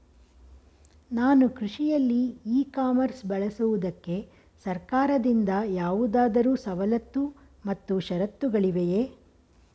ನಾನು ಕೃಷಿಯಲ್ಲಿ e commerce ಬಳಸುವುದಕ್ಕೆ ಸರ್ಕಾರದಿಂದ ಯಾವುದಾದರು ಸವಲತ್ತು ಮತ್ತು ಷರತ್ತುಗಳಿವೆಯೇ?